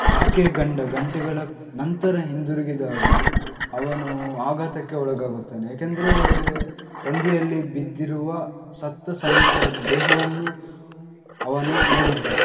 ಆಕೆಯ ಗಂಡ ಗಂಟೆಗಳ ನಂತರ ಹಿಂದಿರುಗಿದಾಗ ಅವನು ಆಘಾತಕ್ಕೆ ಒಳಗಾಗುತ್ತಾನೆ ಯಾಕೆಂದರೆ ಸಂದಿಯಲ್ಲಿ ಬಿದ್ದಿರುವ ಸತ್ತ ಸೈನಿಕರ ದೇಹವನ್ನು ಅವನು ನೋಡಿದ್ದ